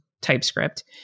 TypeScript